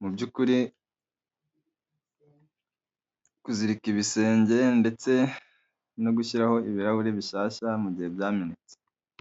mu by'ukuri, kuzirika ibisenge ndetse no gushyiraho ibirahure bishyashya mu gihe byamenetse.